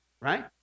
right